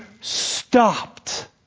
stopped